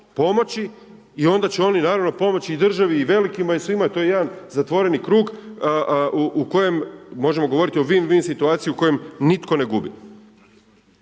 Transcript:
i onda će oni naravno pomoći i državi i velikima i svima, to je jedan zatvoreni krug u kojem možemo govoriti o win-win situaciji u kojem nitko ne gubi.